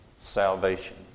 salvation